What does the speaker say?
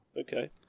Okay